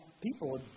people